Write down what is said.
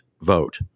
vote